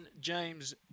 James